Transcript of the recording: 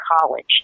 college